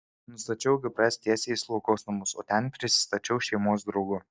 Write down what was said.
nustačiau gps tiesiai į slaugos namus o ten prisistačiau šeimos draugu